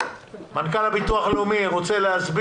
מנכ"ל הביטוח הלאומי, בבקשה.